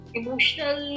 emotional